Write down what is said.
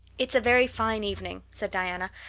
it's a very fine evening, said diana,